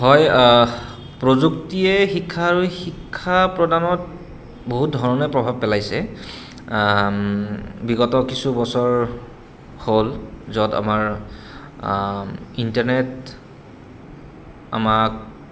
হয় প্ৰযুক্তিয়ে শিক্ষা আৰু শিক্ষা প্ৰদানত বহুত ধৰণে প্ৰভাৱ পেলাইছে বিগত কিছু বছৰ হ'ল য'ত আমাৰ ইণ্টাৰনেট আমাক